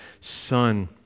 Son